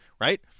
right